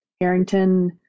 Harrington